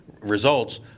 results